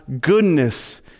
goodness